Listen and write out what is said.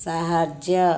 ସାହାଯ୍ୟ